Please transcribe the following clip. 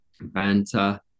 banter